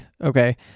okay